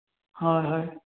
হয় হয়